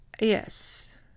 Yes